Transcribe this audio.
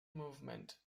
movement